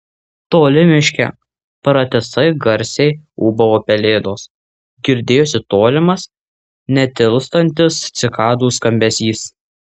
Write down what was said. toli miške pratisai garsiai ūbavo pelėdos girdėjosi tolimas netilstantis cikadų skambesys